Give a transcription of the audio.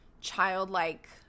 childlike